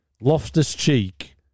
Loftus-Cheek